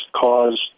caused